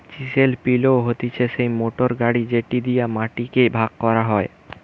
chisel plough হতিছে সেই motor গাড়ি যেটি দিয়া মাটি কে ভাগ করা হয়